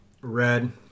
Red